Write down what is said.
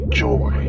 joy